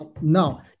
Now